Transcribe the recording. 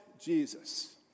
Jesus